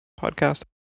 podcast